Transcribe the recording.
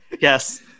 Yes